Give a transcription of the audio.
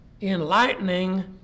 enlightening